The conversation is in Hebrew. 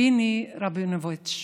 פיני רבינוביץ',